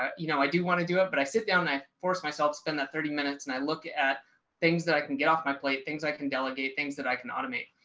ah you know, i do want to do it. but i sit down, i forced myself spend the thirty minutes and i look at things that i can get off my plate things i can delegate things that i can automate.